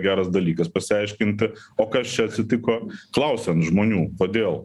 geras dalykas pasiaiškinti o kas čia atsitiko klausiant žmonių kodėl